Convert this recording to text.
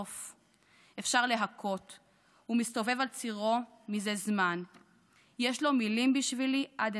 תוף / אפשר להכות // הוא מסתובב על צירו מזה זמן / יש לו מילים בשבילי עד